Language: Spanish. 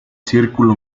círculo